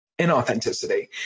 inauthenticity